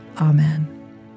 Amen